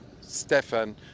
Stefan